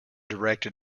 directed